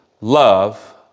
love